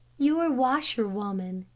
your washerwoman,